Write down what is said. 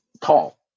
tall